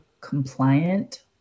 compliant